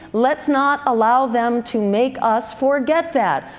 let's not allow them to make us forget that.